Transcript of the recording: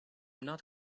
not